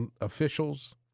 officials